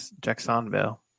Jacksonville